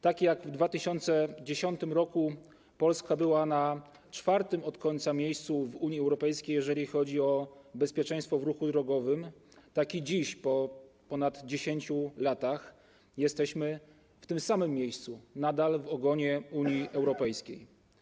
Tak jak w 2010 r. Polska była na 4. miejscu od końca wśród państw Unii Europejskiej, jeżeli chodzi o bezpieczeństwo w ruchu drogowym, tak i dziś, po ponad 10 latach, jesteśmy w tym samym miejscu, nadal w ogonie Unii Europejskiej.